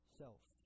self